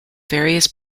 various